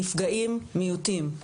נפגעים מיעוטים,